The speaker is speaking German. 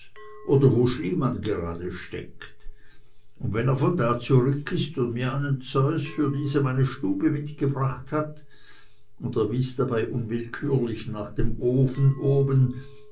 oder wo schliemann grade steckt und wenn er von da zurück ist und mir einen zeus für diese meine stube mitgebracht hat und er wies dabei unwillkürlich nach dem ofen oben